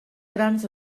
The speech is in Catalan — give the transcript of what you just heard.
grans